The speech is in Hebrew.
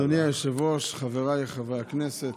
אדוני היושב-ראש, חבריי חברי הכנסת,